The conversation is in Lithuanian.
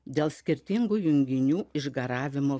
dėl skirtingų junginių išgaravimo